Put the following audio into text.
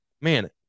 man